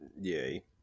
Yay